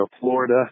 Florida